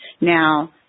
now